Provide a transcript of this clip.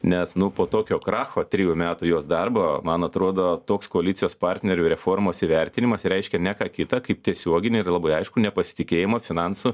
nes nu po tokio kracho trijų metų jos darbo man atrodo toks koalicijos partnerių reformos įvertinimas reiškia ne ką kitą kaip tiesioginį ir labai aiškų nepasitikėjimą finansų